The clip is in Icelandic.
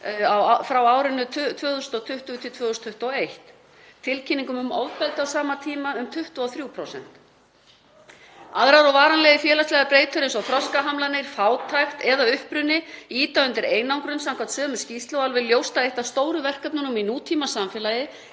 frá árinu 2020–2021 og tilkynningum um ofbeldi á sama tíma um 23%. Aðrar og varanlegar félagslegar breytur, eins og þroskahamlanir, fátækt eða uppruni ýta undir einangrun samkvæmt sömu skýrslu og það er alveg ljóst að eitt af stóru verkefnunum í nútímasamfélagi